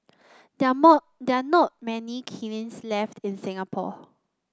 there are more there are not many kilns left in Singapore